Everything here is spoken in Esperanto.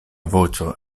voĉo